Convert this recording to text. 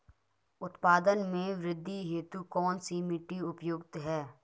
उत्पादन में वृद्धि हेतु कौन सी मिट्टी उपयुक्त है?